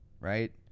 right